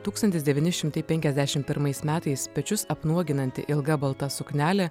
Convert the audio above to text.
tūkstantis devyni šimtai penkiasdešimt pirmais metais pečius apnuoginanti ilga balta suknelė